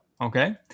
Okay